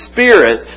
Spirit